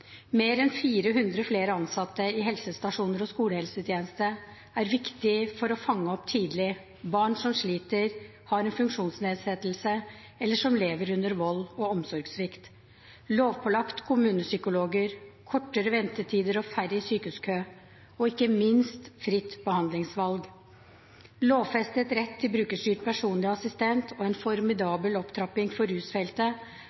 Mer enn 400 flere ansatte i helsestasjoner og skolehelsetjeneste er viktig for å fange tidlig opp barn som sliter, har en funksjonsnedsettelse eller som lever under vold og omsorgssvikt. Lovpålagte kommunepsykologer, kortere ventetider og færre i sykehuskø, og ikke minst fritt behandlingsvalg, lovfestet rett til brukerstyrt personlig assistent og en